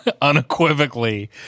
unequivocally